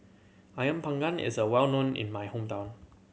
Ayam Panggang is a well known in my hometown